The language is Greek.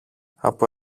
από